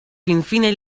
finfine